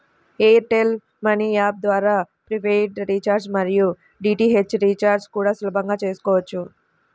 air tell money app ద్వారా prepaid recharge మరియు DTH recharge కూడా సులభంగా చేసుకోవచ్చు